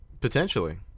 Potentially